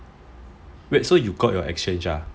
wait so you got your exchange ah